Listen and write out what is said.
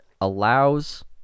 allows